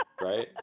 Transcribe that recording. Right